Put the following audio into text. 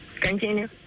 Continue